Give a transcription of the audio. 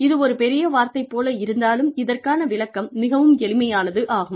இது ஒரு பெரிய வார்த்தை போல இருந்தாலும் இதற்கான விளக்கம் மிகவும் எளிமையானது ஆகும்